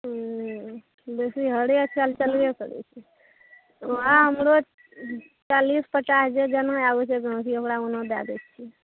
ओ बेसी हरे आइकाल्हि चलबे करै छै वएह हमरो चालिस पचास जे जेना आबै छै गहिकी ओकरा ओना दए दै छिए